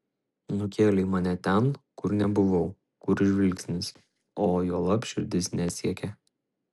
nukėlei mane ten kur nebuvau kur žvilgsnis o juolab širdis nesiekė